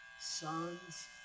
Sons